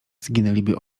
zginęliby